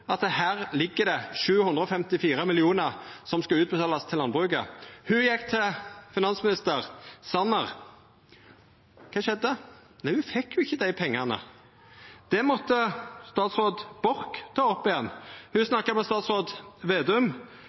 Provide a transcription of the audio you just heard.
det ligg 754 mill. kr som skal utbetalast til landbruket. Ho gjekk til finansminister Sanner. Kva skjedde? Ho fekk ikkje dei pengane. Det måtte statsråd Borch ta opp igjen. Ho snakka med statsråd Slagsvold Vedum